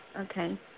Okay